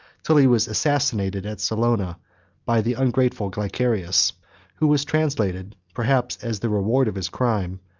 till he was assassinated at salona by the ungrateful glycerius, who was translated, perhaps as the reward of his crime,